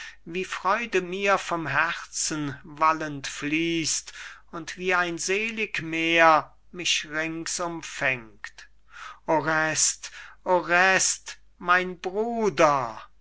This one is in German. wie freude mir vom herzen wallend fließt und wie ein selig meer mich rings umfängt orest orest mein bruder